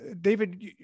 David